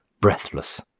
breathless